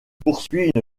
poursuit